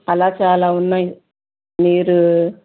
అలా చాలా ఉన్నయి మీరు